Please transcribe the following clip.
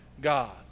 God